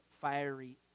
fiery